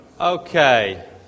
Okay